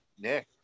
Nick